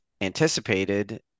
anticipated